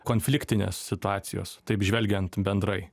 konfliktinės situacijos taip žvelgiant bendrai